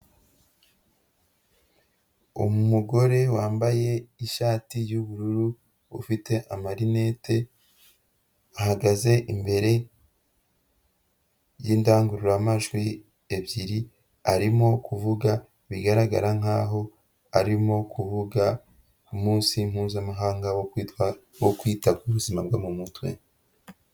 Umugore wambaye ishati yubururu ufite amarinete, ahagaze imbere y'indangururamajwi ebyiri arimo kuvuga bigaragara nkaho arimo kuvuga umunsi mpuzamahanga wo kwita ku buzima bwo mu mutwe.